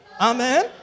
Amen